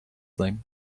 thing